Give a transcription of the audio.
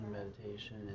meditation